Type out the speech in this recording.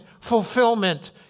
fulfillment